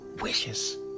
wishes